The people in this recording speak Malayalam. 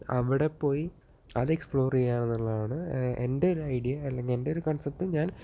അവിടെ പോയി അത് എക്സ്പ്ലോറ് ചെയ്യാനുള്ളതാണ് എന്റെ ഒരു ഐഡിയ അല്ലെങ്കില് എന്റെ ഒരു കണ്സെപ്റ്റ് ഞാന്